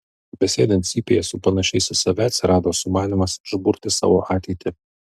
besėdint cypėje su panašiais į save atsirado sumanymas išburti savo ateitį